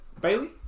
Bailey